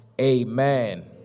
Amen